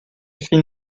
fin